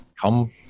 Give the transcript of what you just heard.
come